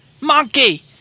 monkey